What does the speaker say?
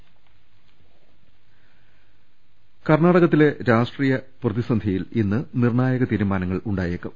ൾ ൽ ൾ കർണാടകത്തിലെ രാഷ്ട്രീയ പ്രതിസന്ധിയിൽ ഇന്ന് നിർണായക തീരുമാനങ്ങളുണ്ടായേക്കും